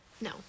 No